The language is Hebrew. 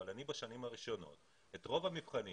אבל בשנים הראשונות את רוב המבחנים